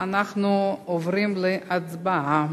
אנחנו עוברים להצבעה.